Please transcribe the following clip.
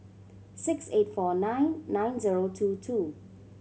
six eight four nine nine zero two two